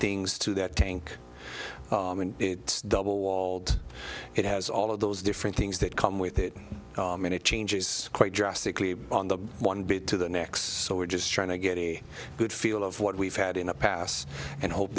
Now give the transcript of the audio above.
things to that tank it's double walled it has all of those different things that come with it and it changes quite drastically on the one bit to the next so we're just trying to get a good feel of what we've had in the past and hope